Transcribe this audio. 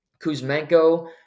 Kuzmenko